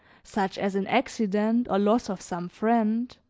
such as an accident or loss of some friend,